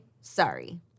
sorry